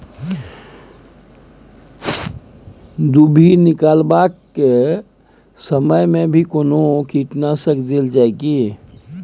दुभी निकलबाक के समय मे भी कोनो कीटनाशक देल जाय की?